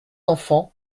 enfant